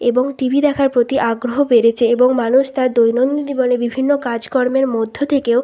এবং টিভি দেখার প্রতি আগ্রহ বেড়েছে এবং মানুষ তার দৈনন্দিন জীবনে বিভিন্ন কাজকর্মের মধ্য থেকেও